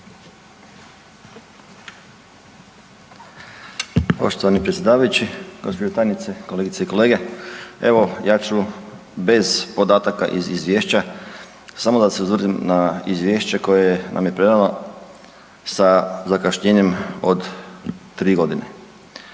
Poštovani predsjedavajući, gđo. tajnice, kolegice i kolege. Evo ja ću bez podataka iz izvješća, samo da se osvrnem na izvješće koje nam je predano sa zakašnjenjem od 3.g..